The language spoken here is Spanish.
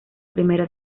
primera